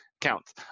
Counts